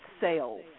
sales